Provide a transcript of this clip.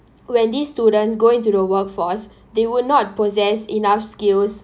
when these students go into the workforce they would not possess enough skills